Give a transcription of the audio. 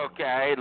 Okay